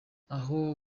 aho